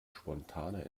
spontane